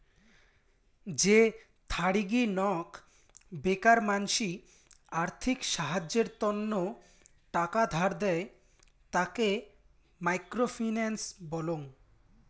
যে থারিগী নক বেকার মানসি আর্থিক সাহায্যের তন্ন টাকা ধার দেয়, তাকে মাইক্রো ফিন্যান্স বলং